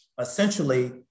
essentially